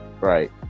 Right